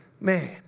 man